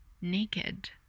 naked